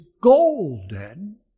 golden